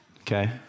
Okay